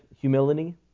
humility